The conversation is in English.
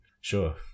sure